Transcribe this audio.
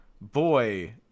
boy